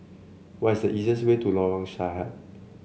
what is the easiest way to Lorong Sahad